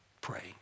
praying